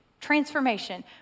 transformation